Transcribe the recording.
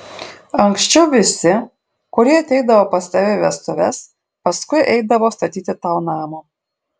anksčiau visi kurie ateidavo pas tave į vestuves paskui eidavo statyti tau namo